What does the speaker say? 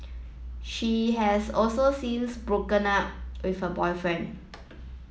she has also since broken up with her boyfriend